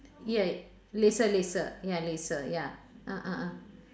ya laser laser ya laser ya ah ah ah